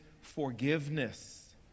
forgiveness